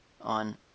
on